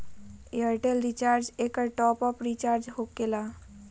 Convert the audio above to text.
Airtel recharge एकर top off recharge होकेला?